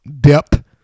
depth